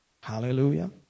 Hallelujah